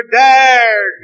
dare